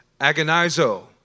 agonizo